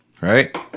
right